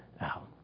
out